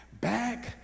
back